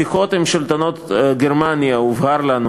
בשיחות עם שלטונות גרמניה הובהר לנו